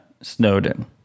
snowden